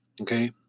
okay